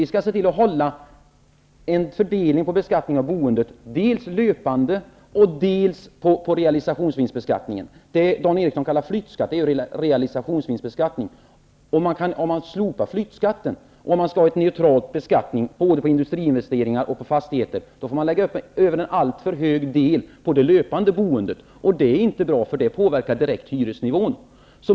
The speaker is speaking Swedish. Vi skall se till att behålla en fördelning av beskattningen av boendet dels på det löpande, dels på realisationsvinstsbeskattningen. Det Dan Eriksson i Stockholm kallar flyttskatt är realisationsvinstsbeskattning. Om man slopar flyttskatten, och om man har en neutral beskattning både på industriinvesteringar och på fastigheter, får man lägga en alltför stor kostnad på det löpande boendet. Det är inte bra, därför att det direkt påverkar hyresnivån.